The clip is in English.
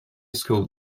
school